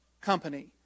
company